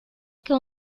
que